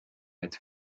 had